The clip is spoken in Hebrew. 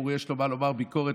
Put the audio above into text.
אם יש לו מה לומר כביקורת,